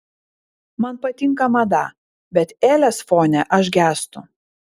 man patinka mada bet elės fone aš gęstu